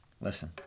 Listen